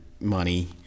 money